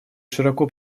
широко